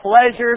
pleasures